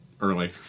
early